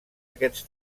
aquests